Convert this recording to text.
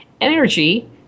energy